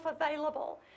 available